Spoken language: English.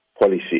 policy